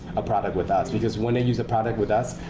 a product with us. because when they use a product with us,